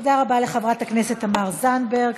תודה רבה לחברת הכנסת תמר זנדברג.